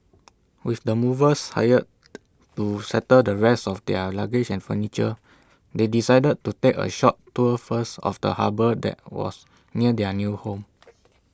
with the movers hired to settle the rest of their luggage and furniture they decided to take A short tour first of the harbour that was near their new home